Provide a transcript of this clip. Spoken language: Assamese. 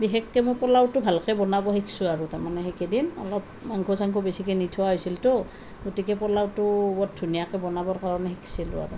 বিশেষকে মই পোলাওটো ভালকৈ বনাব শিকিছোঁ আৰু তাৰমানে সেইকেইদিন অলপ মাংস চাংস বেছিকৈ নি থোৱা হৈছিলতো গতিকে পোলাওটো বৰ ধুনীয়াকৈ বনাবৰ কাৰণে শিকিছিলোঁ আৰু